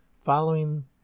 Following